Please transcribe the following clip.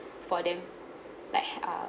for them like err